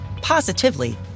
positively